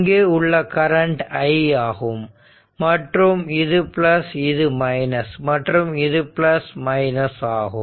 இங்கு உள்ள current i ஆகும் மற்றும் இது இது மற்றும் இது ஆகும்